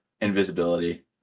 invisibility